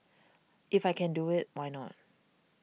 if I can do it why not